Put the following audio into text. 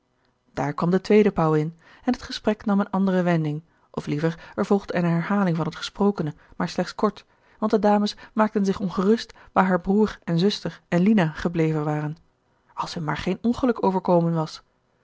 daar kwam de tweede pauwin en het gesprek nam eene andere wending of liever er volgde eene herhaling van het gesprokene maar slechts kort want de dames maakten zich ongerust waar haar broer en zuster en lina gebleven waren als hun maar geen ongeluk overkomen was